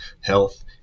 health